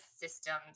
systems